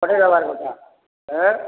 ପଠେଇ ଦେବାର କଥା